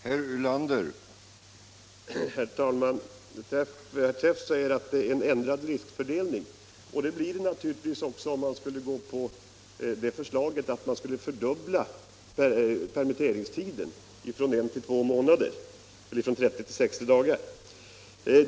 Herr talman! Herr Träff säger att lagen innebär en ändrad riskfördelning. En ändrad riskfördelning blir det naturligtvis också om man skulle anta förslaget att fördubbla karenstiden för permitteringslön från 30 till 60 dagar.